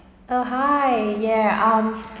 oh hi yea um